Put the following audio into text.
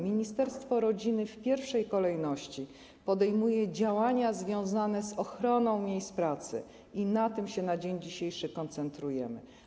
Ministerstwo rodziny w pierwszej kolejności podejmuje działania związane z ochroną miejsc pracy i na tym się na dzień dzisiejszy koncentrujemy.